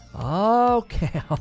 Okay